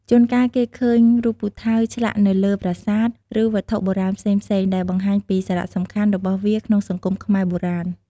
ជួនកាលគេឃើញរូបពូថៅឆ្លាក់នៅលើប្រាសាទ ឬវត្ថុបុរាណផ្សេងៗ ដែលបង្ហាញពីសារៈសំខាន់របស់វាក្នុងសង្គមខ្មែរបុរាណ។